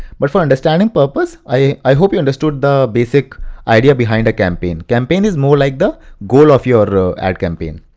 but for understanding purpose, i hope you understood the basic idea behind the campaign. campaign is more like the goal of your ah ad campaign.